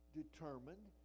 determined